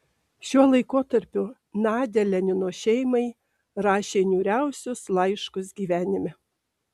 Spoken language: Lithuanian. šiuo laikotarpiu nadia lenino šeimai rašė niūriausius laiškus gyvenime